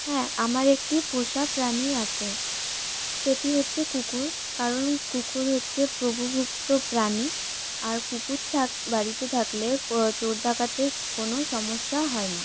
হ্যাঁ আমার একটি পোষা প্রাণী আছে সেটি হচ্ছে কুকুর কারণ কুকুর হচ্ছে প্রভুভক্ত প্রাণী আর কুকুর বাড়িতে থাকলে চোর ডাকাতের কোনো সমস্যা হয় না